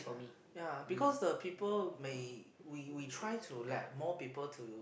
ya because the people may we we try to let more people to